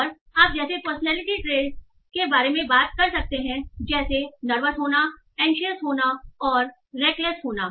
और आप जैसे पर्सनालिटी ट्रेरेट के बारे में बात कर सकते हैं जैसे नर्वस होनाएनशीएस होना और रैकलेस होना